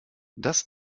das